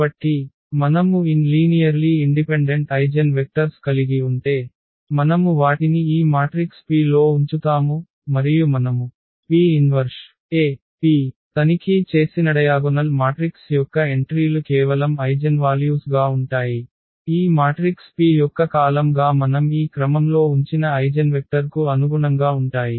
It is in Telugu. కాబట్టి మనము n లీనియర్లీ ఇండిపెండెంట్ ఐగెన్వెక్టర్స్ కలిగి ఉంటే మనము వాటిని ఈ మాట్రిక్స్ P లో ఉంచుతాము మరియు మనము P 1AP తనిఖీ చేసినడయాగొనల్ మాట్రిక్స్ యొక్క ఎంట్రీలు కేవలం ఐగెన్వాల్యూస్ గా ఉంటాయి ఈ మాట్రిక్స్ P యొక్క కాలమ్ గా మనం ఈ క్రమంలో ఉంచిన ఐగెన్వెక్టర్ కు అనుగుణంగా ఉంటాయి